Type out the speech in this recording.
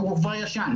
הוא כבר ישן.